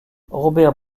robert